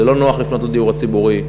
זה לא נוח לפנות לדיור הציבורי.